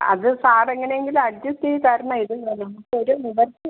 അത് സാർ എങ്ങനെയെങ്കിലും അഡ്ജസ്റ്റ ചെയ്ത് തരണം ഇത് നമുക്കൊരു നിവർത്തി